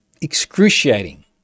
excruciating